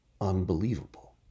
unbelievable